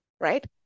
right